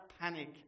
panic